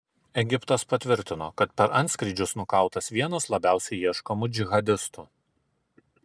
egiptas patvirtino kad per antskrydžius nukautas vienas labiausiai ieškomų džihadistų